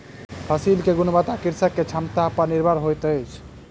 फसिल के गुणवत्ता कृषक के क्षमता पर निर्भर होइत अछि